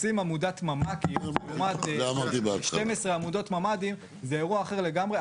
לשים עמודת ממ"קים במקום 12 עמודות ממ"דים זה אירוע אחר לגמרי.